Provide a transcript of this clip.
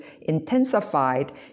intensified